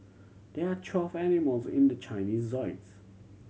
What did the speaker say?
there are twelve animals in the Chinese